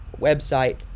website